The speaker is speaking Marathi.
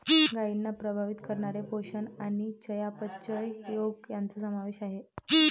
गायींना प्रभावित करणारे पोषण आणि चयापचय रोग यांचा समावेश होतो